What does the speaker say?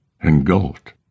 engulfed